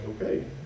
okay